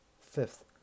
Fifth